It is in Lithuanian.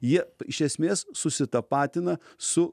jie iš esmės susitapatina su